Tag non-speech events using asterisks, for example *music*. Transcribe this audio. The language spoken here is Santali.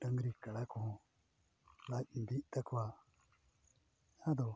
ᱰᱟᱹᱝᱨᱤ ᱠᱟᱰᱟ ᱠᱚᱦᱚᱸ ᱞᱟᱡ ᱵᱤᱜ ᱛᱟᱠᱚᱣᱟ *unintelligible* ᱟᱫᱚ